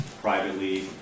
privately